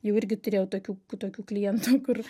jau irgi turėjau tokių tokių klientų kur